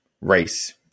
race